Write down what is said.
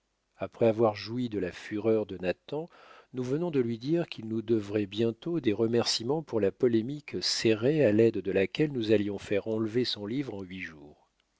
après avoir joui de la fureur de nathan nous venons de lui dire qu'il nous devrait bientôt des remercîments pour la polémique serrée à l'aide de laquelle nous allions faire enlever son livre en huit jours